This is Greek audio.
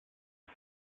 σου